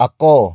Ako